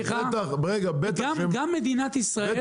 גם מדינת ישראל,